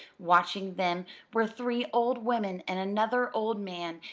watching them were three old women and another old man,